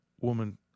woman